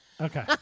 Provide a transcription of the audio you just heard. Okay